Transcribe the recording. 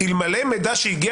אלמלא מידע שהגיע